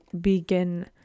begin